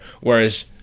whereas